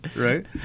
right